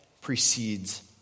precedes